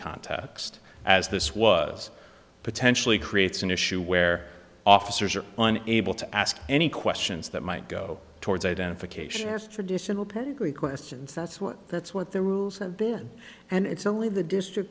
context as this was potentially creates an issue where officers are on able to ask any questions that might go towards identification or traditional pedigree questions that's what that's what the rules have been and it's only the district